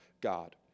God